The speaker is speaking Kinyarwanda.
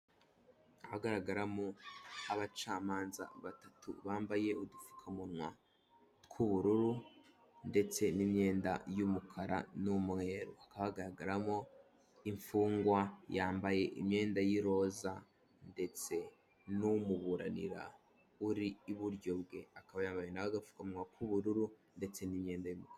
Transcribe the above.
Ahagaragaramo abacamanza batatu bambaye udupfukamunwa tw'ubururu ndetse n'imyenda y'umukara n'umweru. Hagaragaramo imfungwa yambaye imyenda y'iroza ndetse n'umuburanira uri iburyo bwe, akaba yambaye nawe agapfukamunwa k'ubururu ndetse n'imyenda y'umukara.